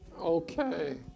Okay